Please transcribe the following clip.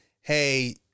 hey